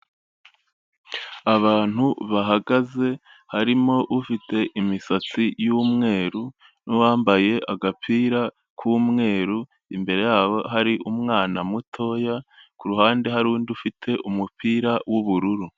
Abantu bahagaze harimo ufite imisatsi y'umweru n'uwambaye agapira k'umweru, imbere yabo hari umwana mutoya, ku ruhande hari undi ufite umupira w'ubururu.